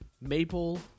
maple